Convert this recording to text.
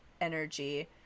energy